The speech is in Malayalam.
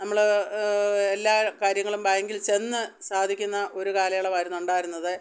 നമ്മൾ എല്ലാ കാര്യങ്ങളും ബാങ്കിൽ ചെന്നു സാധിക്കുന്ന ഒരു കാലയളവായിരുന്നു ഉണ്ടായിരുന്നത്